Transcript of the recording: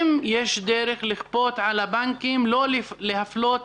לכפות על הבנקים לא להפלות